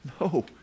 No